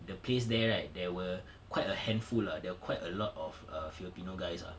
the place there right there were quite a handful lah there were quite a lot of err filipino guys ah